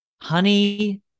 honey